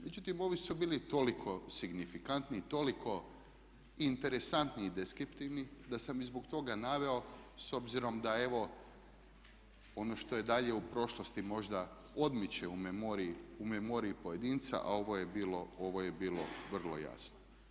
Međutim, ovi su bili toliko signifikantni i toliko interesantni i deskriptivni da sam ih zbog toga naveo s obzirom da evo ono što je dalje u prošlosti možda odmiče u memoriji, u memoriji pojedinca a ovo je bilo vrlo jasno.